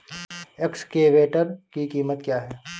Excavator की कीमत क्या है?